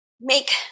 make